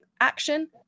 action